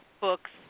books